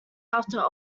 after